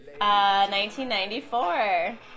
1994